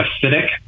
acidic